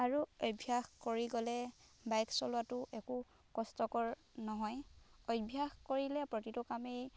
আৰু অভ্যাস কৰি গ'লে বাইক চলোৱাটো একো কষ্টকৰ নহয় অভ্যাস কৰিলে প্ৰতিটো কামেই